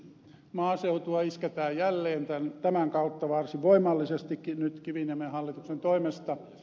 maaseutua isketään jälleen tämän kautta varsin voimallisestikin nyt kiviniemen hallituksen toimesta